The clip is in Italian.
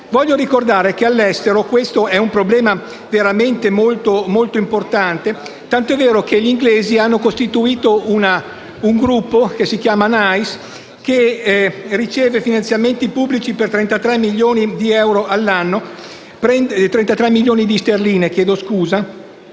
Voglio ricordare che all'estero questo è un problema molto importante, e ciò è tanto vero che gli inglesi hanno costituito l'istituto NICE, che riceve finanziamenti pubblici per 33 milioni di sterline all'anno